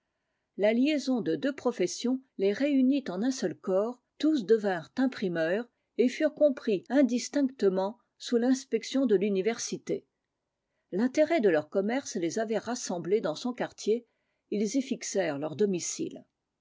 la liaison de deux professions les réunit en un seul corps tous devinrent imprimeurs et furent compris indistinctement sous l'inspection de l'université l'intérêt de leur commerce les avait rassemblés dans son quartier ils y fixèrent leurs domiciles